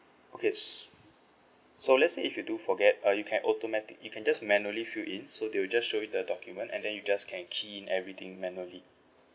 okay s~ so let's say if you do forget uh you can automatic you can just manually fill in so they will just show you the document and then you just can key in everything manually